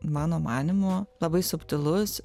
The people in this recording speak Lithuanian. mano manymu labai subtilus